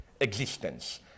existence